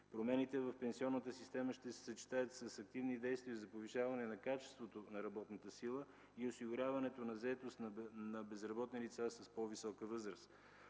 Промените в пенсионната система ще се съчетаят с активни действия за повишаване на качеството на работната сила и осигуряването на заетост на безработни лица с по-висока възраст.